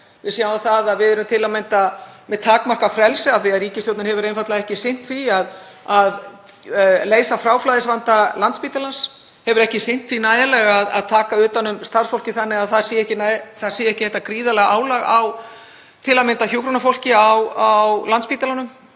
Við sjáum að við erum til að mynda með takmarkað frelsi af því að ríkisstjórnin hefur einfaldlega ekki sinnt því að að leysa fráflæðisvanda Landspítalans, hefur ekki sinnt því nægilega að taka utan um starfsfólkið þannig að þar sé ekki þetta gríðarlega álag, til að mynda á hjúkrunarfólk á Landspítalanum,